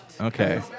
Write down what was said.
Okay